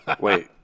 Wait